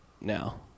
now